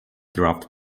draft